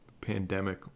pandemic